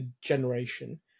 generation